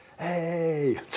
hey